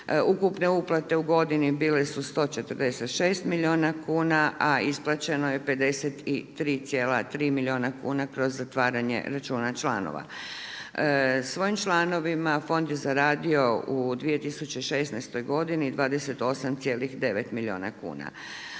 Ukupne uplate u godini bile su 146 milijuna kuna a isplaćeno je 53,3 milijuna kuna kroz zatvaranje računa članova. Svojim članovima fond je zaradio u 2016. godini 28,9 milijuna kuna.